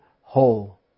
whole